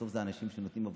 בסוף זה אנשים שנותנים עבודה.